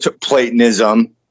Platonism